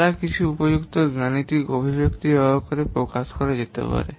তারা কিছু উপযুক্ত গাণিতিক অভিব্যক্তি ব্যবহার করে প্রকাশ করা যেতে পারে